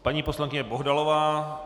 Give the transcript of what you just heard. Paní poslankyně Bohdalová.